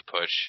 push